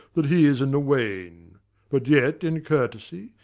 that he is in the wane but yet, in courtesy,